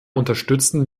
unterstützen